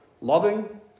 loving